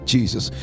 Jesus